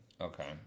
Okay